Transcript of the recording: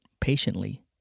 patiently